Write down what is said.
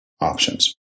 options